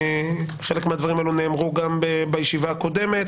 חלק מהדברים האלה גם נאמרו בישיבה הקודמת